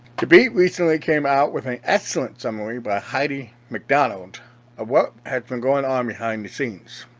the beat recently came out with an excellent summary by heidi macdonald of what has been going on behind the scenes.